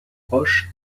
roche